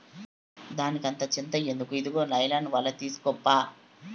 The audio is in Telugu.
దానికంత చింత ఎందుకు, ఇదుగో నైలాన్ ఒల తీస్కోప్పా